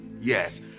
Yes